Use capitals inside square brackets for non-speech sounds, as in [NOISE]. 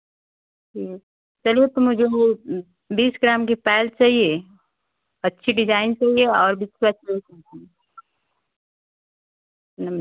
ठीक चलिए तो मुझे वो बीस ग्राम की पायल चाहिए अच्छी डिजाइन चाहिए और जिसका [UNINTELLIGIBLE] नमस्ते